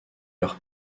leur